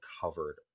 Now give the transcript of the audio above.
covered